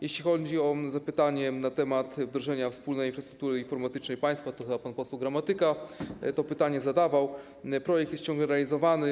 Jeśli chodzi o pytanie na temat wdrożenia wspólnej infrastruktury informatycznej państwa, chyba pan poseł Gramatyka to pytanie zadawał, projekt jest ciągle realizowany.